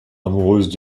amoureuse